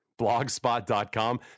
blogspot.com